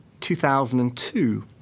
2002